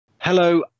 Hello